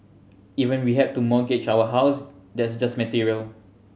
even we had to mortgage our house that's just material